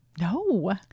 no